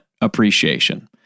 appreciation